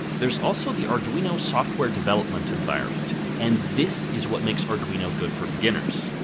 there's also the arduino software development environment, and this is what makes arduino good for beginners.